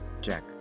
Jack